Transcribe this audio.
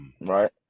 Right